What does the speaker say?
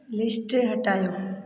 list हटायो